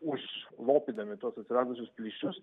užlopydami tuos atsiradusius plyšius